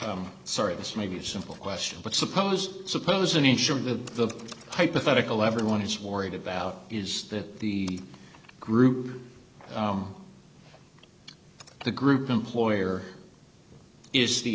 i'm sorry this may be a simple question but suppose suppose an insurer that the hypothetical everyone is worried about is that the group the group employer is the